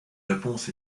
réponse